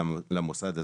למוסד הזה,